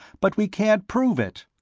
but we can't prove it.